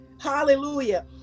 hallelujah